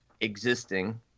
existing